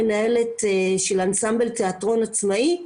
שאני מנהלת של אנסמבל תיאטרון עצמאי,